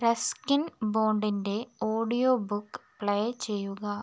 Ruskin ബോണ്ടിൻ്റെ audio book play ചെയ്യുക